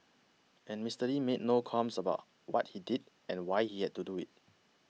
and Mister Lee made no qualms about what he did and why he had to do it